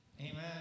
Amen